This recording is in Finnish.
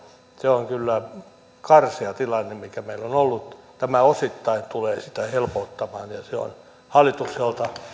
se on kyllä karsea tilanne mikä meillä on ollut tämä osittain tulee sitä helpottamaan ja se on hallitukselta